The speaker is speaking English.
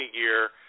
year